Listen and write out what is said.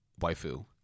Waifu